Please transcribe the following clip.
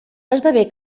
esdevé